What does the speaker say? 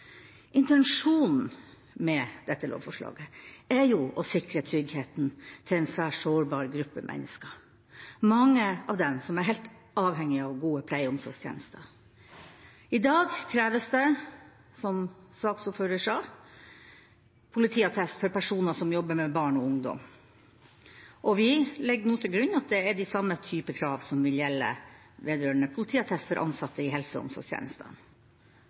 Intensjonen med dette lovforslaget er å sikre tryggheten til en svært sårbar gruppe mennesker, mange av dem helt avhengige av gode pleie- og omsorgstjenester. I dag kreves det, som saksordføreren sa, politiattest for personer som jobber med barn og ungdom, og vi legger nå til grunn at det er den samme type krav som vil gjelde vedrørende politiattest for ansatte i helse- og